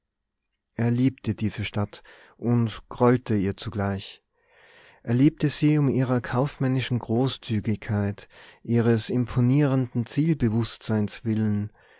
er liebte diese stadt und grollte ihr zugleich er liebte sie um ihrer kaufmännischen großzügigkeit ihres imponierenden zielbewußtseins willen